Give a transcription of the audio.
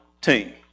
team